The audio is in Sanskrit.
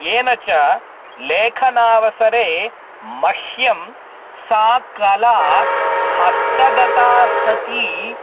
येन च लेखनावसरे मह्यं सा कला हस्तगता सति